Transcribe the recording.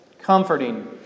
Comforting